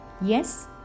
Yes